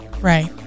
Right